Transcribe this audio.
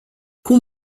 cum